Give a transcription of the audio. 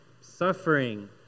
suffering